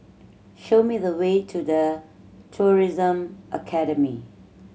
show me the way to The Tourism Academy